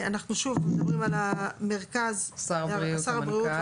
אנחנו שוב מדברים על המרכז, שר הבריאות והמנכ"ל.